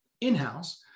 in-house